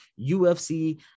UFC